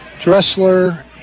Dressler